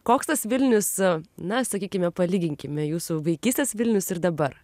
koks tas vilnius na sakykime palyginkime jūsų vaikystės vilnius ir dabar